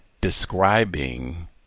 describing